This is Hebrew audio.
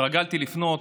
התרגלתי לפנות